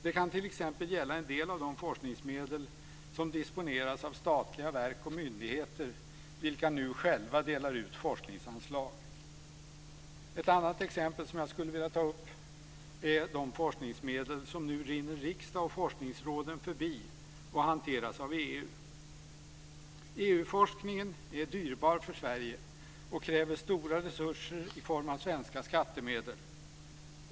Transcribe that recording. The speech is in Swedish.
Det kan t.ex. gälla en del av de forskningsmedel som disponeras av statliga verk och myndigheter vilka nu själva delar ut forskningsanslag. Ett annat exempel som jag skulle vilja ta upp är de forskningsmedel som nu rinner riksdagen och forskningsråden förbi och hanteras av EU. EU-forskningen är dyr för Sverige och kräver stora resurser i form av svenska skattemedel.